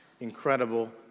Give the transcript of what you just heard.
incredible